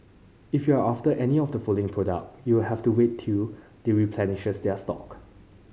if you're after any of the following product you'll have to wait till they replenish their stock